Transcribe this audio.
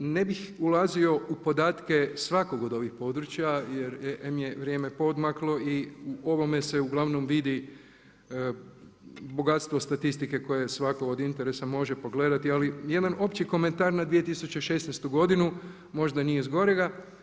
Ne bih ulazio u podatke svakog od ovih područja jer em je vrijeme poodmaklo i u ovome se uglavnom vidi bogatstvo statistike koje je svatko od interesa može pogledati ali jedna opći komentar na 2016. godinu, možda nije zgorega.